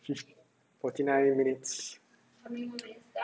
fif~ forty nine minutes